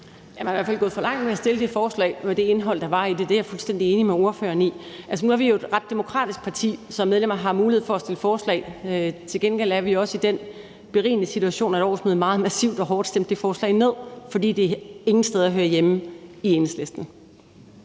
Man er i hvert fald gået for langt ved at stille det forslag med det indhold, der var i det; det er jeg fuldstændig enig med ordføreren i. Altså, nu er vi jo et ret demokratisk parti, så medlemmer har mulighed for at stille forslag. Til gengæld er vi også i den berigende situation, at årsmødet meget massivt og hårdt stemte det forslag ned, fordi det ingen steder hører hjemme i Enhedslisten.